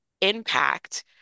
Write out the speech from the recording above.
impact